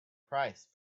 price